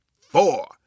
four